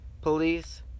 police